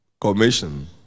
commission